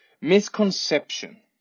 misconception